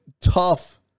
tough